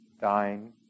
dying